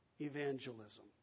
evangelism